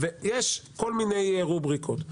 יש כל מיני רובריקות.